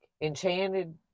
Enchanted